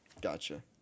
Gotcha